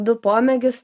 du pomėgius